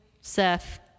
Seth